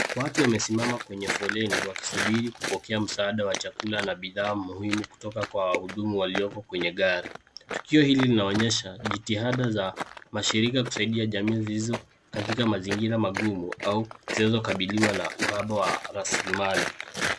Watu wamesimama kwenye foleni, wakisubiri kupokea msaada wa chakula na bidhaa muhimu kutoka kwa wahudumu walioko kwenye gari. Tukio hili linaonyesha, jitihada za mashirika kusaidia jamii zilizo katika mazingira magumu au zinazokabiliwa na uhaba wa rasilimali.